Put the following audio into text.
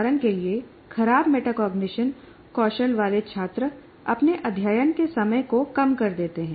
उदाहरण के लिए खराब मेटाकॉग्निशन कौशल वाले छात्र अपने अध्ययन के समय को कम कर देते हैं